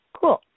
cool